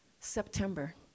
September